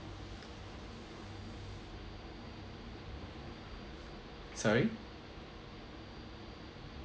sorry